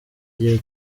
gihe